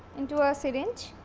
in to a ah syringe